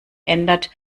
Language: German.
ändert